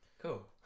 Cool